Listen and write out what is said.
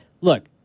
look